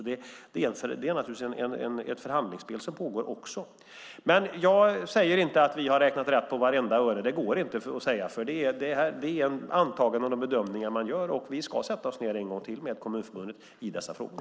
Det är ett förhandlingsspel som pågår. Jag säger inte att vi har räknat rätt på vartenda öre. Det går inte att säga. Det är antaganden och bedömningar man gör. Vi ska sätta oss ned en gång till med Sveriges Kommuner och Landsting i dessa frågor.